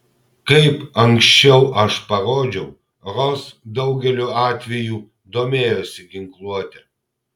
kaip ankščiau aš parodžiau ros daugeliu atvejų domėjosi ginkluote